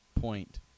point